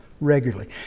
Regularly